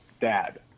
Dad